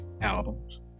albums